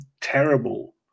terrible